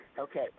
Okay